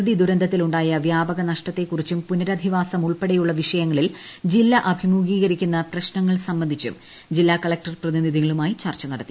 പ്രകൃതിദുരന്തത്തിൽ ഉണ്ടായ വ്യാപക നഷ്ടത്തെക്കുറിച്ചും പുനരധിവാസം ഉൾപ്പെടെയുള്ള വിഷയങ്ങളിൽ ജില്ല അഭിമുഖീകരിക്കുന്ന പ്രശ്നങ്ങൾ സംബന്ധിച്ചും ജില്ലാ കളക്ടർ പ്രതിനിധികളുമായി ചർച്ച നടത്തി